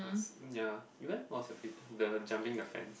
ask ya you went what was your grade the jumping fence